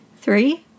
Three